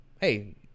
hey